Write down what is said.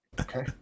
okay